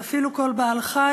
ואפילו כל בעל-חיים,